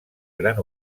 gran